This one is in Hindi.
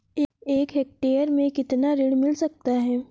एक हेक्टेयर में कितना ऋण मिल सकता है?